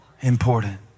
Important